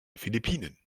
philippinen